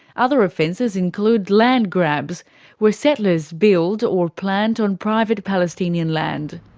other offences include land grabs where settlers build or plant on private palestinian land.